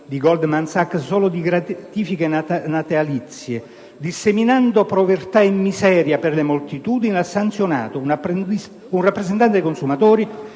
di Goldman Sachs solo per gratifiche natalizie), e disseminano povertà e miseria per le moltitudini, ha sanzionato un rappresentante dei consumatori